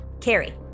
Carrie